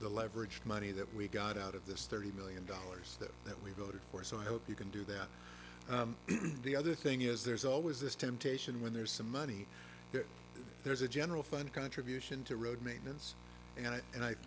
the leveraged money that we got out of this thirty million dollars that that we voted for so i hope you can do that the other thing is there's always this temptation when there's some money there's a general fund contribution to road maintenance and i